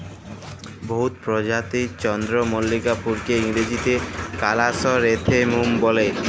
বহুত পরজাতির চল্দ্রমল্লিকা ফুলকে ইংরাজিতে কারাসলেথেমুম ফুল ব্যলে